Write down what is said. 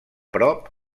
prop